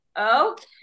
Okay